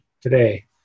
today